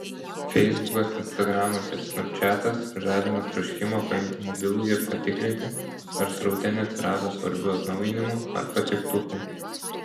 feisbukas instagramas ir snapčiatas žadina troškimą paimti mobilųjį ir patikrinti ar sraute neatsirado svarbių atnaujinimų ar patiktukų